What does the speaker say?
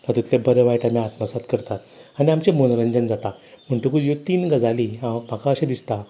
तातूंतले बरे वायट आमी आत्मसात करतात आनी आमचे मनोरंजन जाता म्हणटकूत ह्यो तीन गजाली हांव म्हाका अशें दिसता